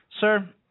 Sir